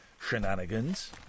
shenanigans